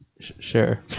sure